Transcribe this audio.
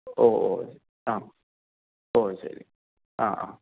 ഓ ഓ ആ ഓ ശരി ശരി ആ ആ